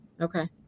okay